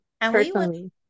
personally